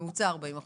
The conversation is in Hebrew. בממוצע 40 אחוז.